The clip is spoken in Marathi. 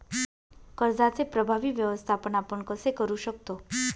कर्जाचे प्रभावी व्यवस्थापन आपण कसे करु शकतो?